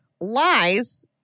lies